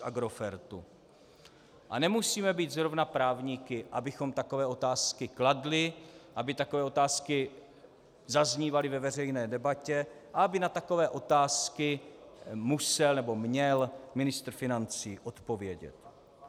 A nemusíme být zrovna právníky, abychom takové otázky kladli, aby takové otázky zaznívaly ve veřejné debatě a aby na takové otázky musel nebo měl ministr financí odpovědět.